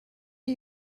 are